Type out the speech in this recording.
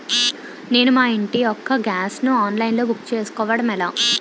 నేను మా ఇంటి యెక్క గ్యాస్ ను ఆన్లైన్ లో బుక్ చేసుకోవడం ఎలా?